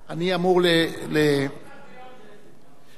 חברת הכנסת ליה שמטוב, גברתי סגנית היושב-ראש,